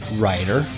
writer